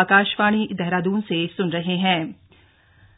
आपदा समीक्षा